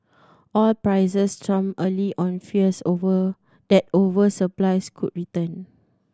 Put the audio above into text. oil prices tumbled early on fears over that oversupplies could return